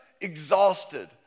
exhausted